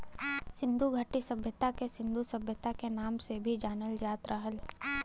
सिन्धु घाटी सभ्यता के सिन्धु सभ्यता के नाम से भी जानल जात रहल